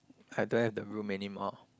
I don't have the room anymore